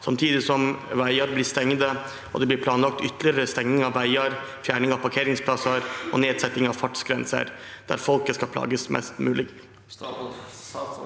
samtidig som vegar vert stengde og det vert planlagt ytterlegere stenging av vegar, fjerning av parkeringsplassar og nedsetting av fartsgrenser, der folket skal plagast mest mogleg?»